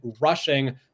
rushing